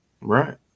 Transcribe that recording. Right